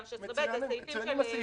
216ב. מצוינים הסעיפים,